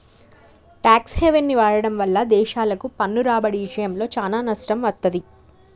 tax హెవెన్ని వాడటం వల్ల దేశాలకు పన్ను రాబడి ఇషయంలో చానా నష్టం వత్తది